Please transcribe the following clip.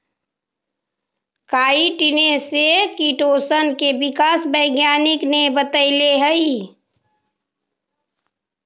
काईटिने से किटोशन के विकास वैज्ञानिक ने बतैले हई